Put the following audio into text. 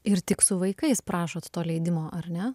ir tik su vaikais prašot to leidimo ar ne